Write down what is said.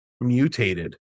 mutated